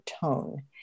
tone